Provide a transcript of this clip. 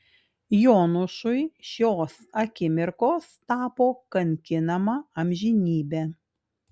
jonušui šios akimirkos tapo kankinama amžinybe